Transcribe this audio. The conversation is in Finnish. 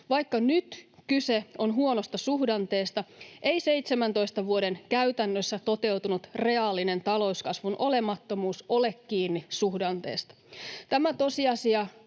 Vaikka nyt kyse on huonosta suhdanteesta, ei 17 vuoden käytännössä toteutunut reaalinen talouskasvun olemattomuus ole kiinni suhdanteesta. Tämä tosiasia